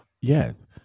yes